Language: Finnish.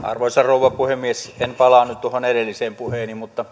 arvoisa rouva puhemies en palaa nyt tuohon edelliseen puheeseeni mutta